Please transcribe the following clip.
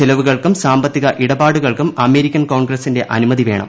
ചെലവുകൾക്കും സാമ്പത്തിക ഇടപാടുകൾക്കും അമേരിക്കൻ കോൺഗ്രസിന്റെ അനുമതി വേണം